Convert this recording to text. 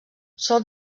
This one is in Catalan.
sol